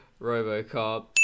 Robocop